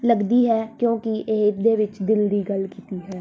ਲੱਗਦੀ ਹੈ ਕਿਉਂਕਿ ਇਹ ਦੇ ਵਿੱਚ ਦਿਲ ਦੀ ਗੱਲ ਕੀਤੀ ਹੈ